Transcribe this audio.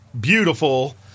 beautiful